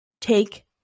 take